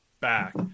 back